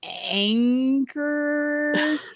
anger